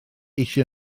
eisiau